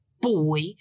boy